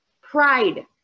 Pride